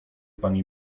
pani